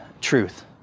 truth